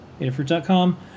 adafruit.com